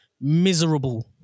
miserable